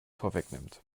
vorwegnimmt